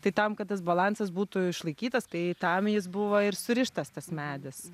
tai tam kad tas balansas būtų išlaikytas tai tam jis buvo ir surištas tas medis